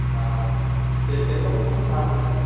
آ تیٚلہِ کٔرۍ وا تُہۍ مےٚ سۭتۍ پاٹنَرشِپ